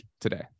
today